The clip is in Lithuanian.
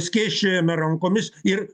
skėsčiojame rankomis ir